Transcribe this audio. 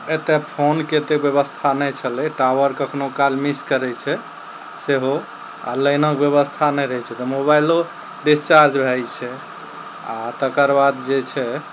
एतऽ फोनक एतय व्यवस्था नहि छलय टावर कखनो काल मिस करय छै सेहो आओर लाइनक व्यवस्था नहि रहय छै तऽ मोबाइलो डिस्चार्ज भए जाइ छै आओर तकर बाद जे छै